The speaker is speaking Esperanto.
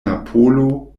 napolo